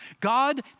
God